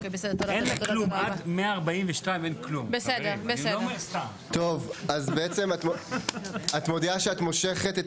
3. טוב, אז את מודיעה שאת מושכת את